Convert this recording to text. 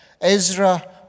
Ezra